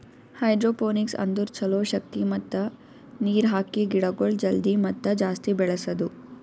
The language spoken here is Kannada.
ಹೈಡ್ರೋಪೋನಿಕ್ಸ್ ಅಂದುರ್ ಛಲೋ ಶಕ್ತಿ ಮತ್ತ ನೀರ್ ಹಾಕಿ ಗಿಡಗೊಳ್ ಜಲ್ದಿ ಮತ್ತ ಜಾಸ್ತಿ ಬೆಳೆಸದು